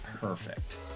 perfect